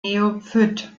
neophyt